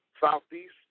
Southeast